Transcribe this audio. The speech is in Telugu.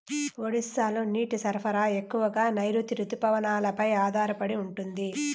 ఒడిశాలో నీటి సరఫరా ఎక్కువగా నైరుతి రుతుపవనాలపై ఆధారపడి ఉంటుంది